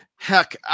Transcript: Heck